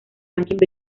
ranking